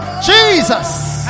Jesus